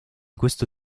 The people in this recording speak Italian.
questo